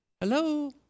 hello